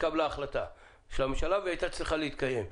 התקבלה החלטה של הממשלה, והיא היתה צריכה להתקיים.